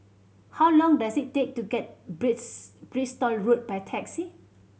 how long does it take to get Bristol Road by taxi